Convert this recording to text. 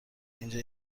اینجا